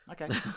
Okay